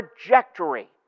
trajectory